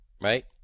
right